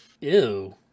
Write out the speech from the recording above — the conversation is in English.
Ew